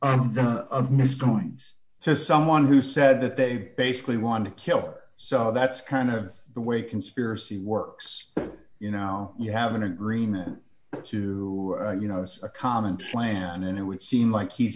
of mr goings so someone who said that they basically want to kill so that's kind of the way conspiracy works you know you have an agreement to you know it's a common plan and it would seem like he's